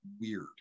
weird